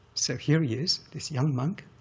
so here he is, this young monk,